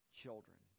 children